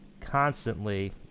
constantly